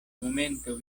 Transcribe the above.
momento